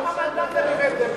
כמה מנדטים הבאתם?